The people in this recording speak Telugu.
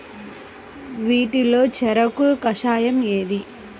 వీటిలో చెరకు కషాయం ఏది?